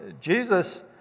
Jesus